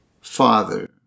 Father